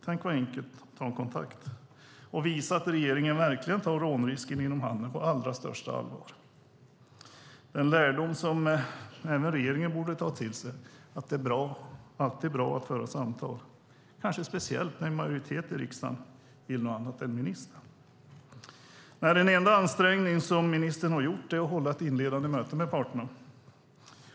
Tänk vad enkelt att ta kontakt och visa att regeringen verkligen tar rånrisken inom handeln på allra största allvar! En lärdom som även regeringen borde ta till sig är att det är bra att föra samtal, kanske speciellt när en majoritet i riksdagen vill något annat än ministern. Den enda ansträngning som ministern har gjort är att hålla ett inledande möte med parterna.